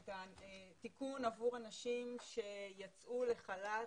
את התיקון עבור הנשים שיצאו לחל"ת,